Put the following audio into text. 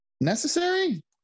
Necessary